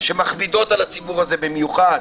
שמכבידים על הציבור הזה במיוחד.